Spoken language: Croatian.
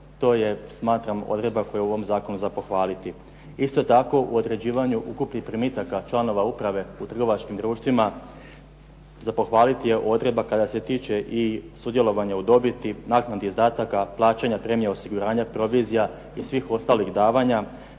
To je smatram odredba koja je u ovom zakonu za pohvaliti. Isto tako u određivanju ukupnih primitaka članova uprave u trgovačkim društvima, za pohvaliti je odredba kada se tiče i sudjelovanja u dobiti, naknada izdataka, plaćanja premija osiguranja, provizija i svih ostalih davanja,